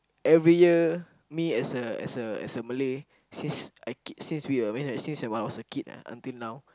every year me as a as a as a Malay since I kid since we were when right since when I was a kid ah until now